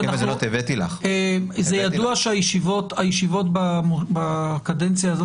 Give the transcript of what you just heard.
זה ידוע שהישיבות הישיבות בקדנציה הזו